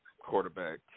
quarterback